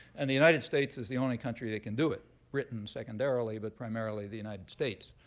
and the united states is the only country that can do it britain secondarily, but primarily the united states.